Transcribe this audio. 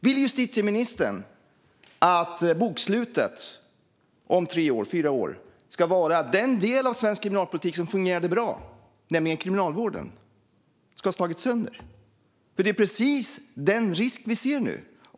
Vill justitieministern att bokslutet om fyra år ska vara att den del av svensk kriminalpolitik som fungerade bra, nämligen kriminalvården, har slagits sönder? Det är precis den risken vi ser nu.